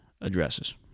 addresses